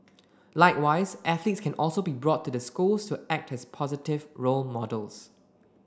likewise athletes can also be brought to the schools to act as positive role models